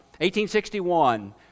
1861